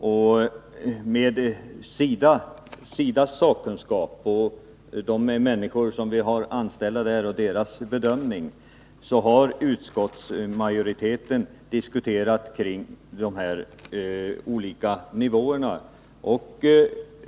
Utskottsmajoriteten har diskuterat kring de olika nivåerna, och vi har då litat till den sakkunskap som de på SIDA anställda människorna har och godtagit deras bedömningar.